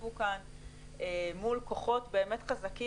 שהתאספו כאן מול כוחות חזקים באמת.